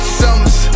summers